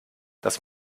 das